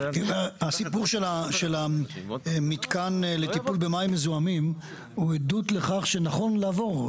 הסיפור של המתקן לטיפול במים מזוהמים הוא עדות לכאן שנכון לעבור.